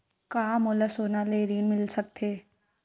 का मोला सोना ले ऋण मिल सकथे?